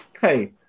hey